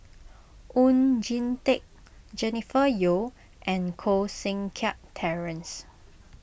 Oon Jin Teik Jennifer Yeo and Koh Seng Kiat Terence